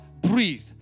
breathe